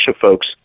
folks